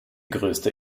größte